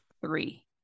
three